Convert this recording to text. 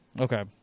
okay